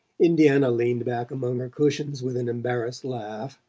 indiana leaned back among cushions with an embarrassed laugh.